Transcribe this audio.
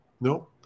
no